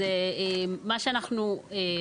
בחלק א',